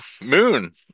Moon